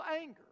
anger